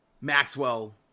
Maxwell